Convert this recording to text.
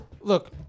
Look